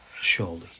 surely